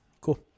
Cool